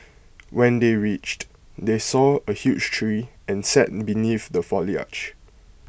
when they reached they saw A huge tree and sat beneath the foliage